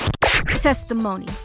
Testimony